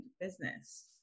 business